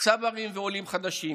צברים ועולים חדשים.